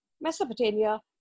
Mesopotamia